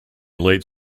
late